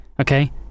Okay